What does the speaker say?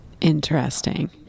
Interesting